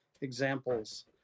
examples